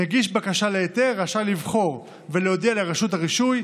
מגיש בקשה להיתר רשאי לבחור ולהודיע לרשות הרישוי,